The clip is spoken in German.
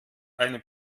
eine